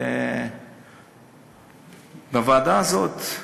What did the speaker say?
בוועדה הזאת,